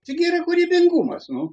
čia gi yra kūrybingumas nu